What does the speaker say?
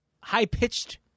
high-pitched